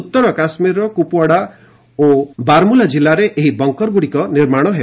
ଉତ୍ତର କାଶ୍ମୀରର କୁପୱାଡା ଓ ବାରମୁଲ୍ଲା କିଲ୍ଲାରେ ଏହି ବଙ୍କରଗୁଡିକ ନିର୍ମାଣ ହେବ